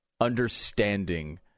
understanding